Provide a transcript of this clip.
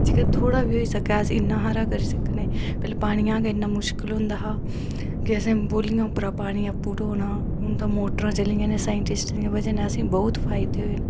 जेह्का थोह्ड़ा बी होई सकै अस इन्नै बी करी सकने पैह्लै पानिआं दा इन्ना मुश्किल होंदा हा कि असैं बौलिऐं उप्परां पानी आपूं ढ़ोना हुन ते मोटरां चली दियां साईटिस्टें दी वजह् नै असैं गी बोह्त फायदे होए